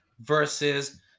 versus